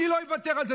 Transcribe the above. אני לא אוותר על זה,